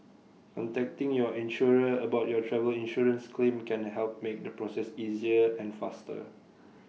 contacting your insurer about your travel insurance claim can help make the process easier and faster